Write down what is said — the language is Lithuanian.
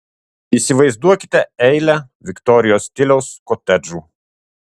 įsivaizduokite eilę viktorijos stiliaus kotedžų